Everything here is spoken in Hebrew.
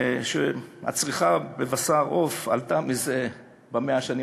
ולפיו הצריכה של בשר עוף עלתה ב-100 השנים